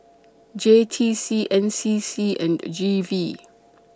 J T C N C C and G V